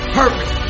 purpose